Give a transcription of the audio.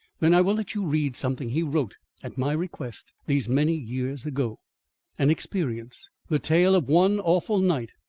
then i will let you read something he wrote at my request these many years ago an experience the tale of one awful night,